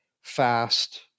fast